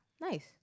Nice